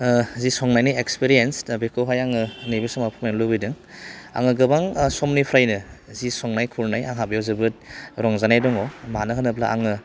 जि संनायनि एक्सफिरेनस दा बेखौहाय आङो नैबे समाव फोरमायनो लुगैदों आङो गोबां समनिफ्रानो जि संनाय खुरनाय आंहा बेवहाय जोबोद रंजानाय दङ मानो होनोब्ला आङो